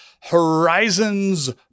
horizons